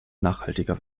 nachhaltiger